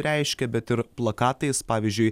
reiškė bet ir plakatais pavyzdžiui